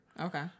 Okay